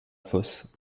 fosse